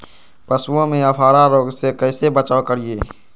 पशुओं में अफारा रोग से कैसे बचाव करिये?